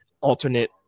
alternate